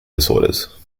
disorders